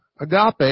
agape